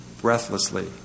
breathlessly